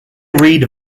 read